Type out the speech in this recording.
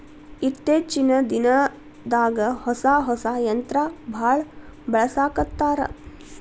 ಇತ್ತೇಚಿನ ದಿನದಾಗ ಹೊಸಾ ಹೊಸಾ ಯಂತ್ರಾ ಬಾಳ ಬಳಸಾಕತ್ತಾರ